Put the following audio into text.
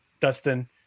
Dustin